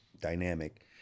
dynamic